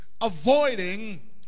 avoiding